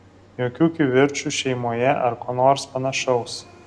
jokių kivirčų šeimoje ar ko nors panašaus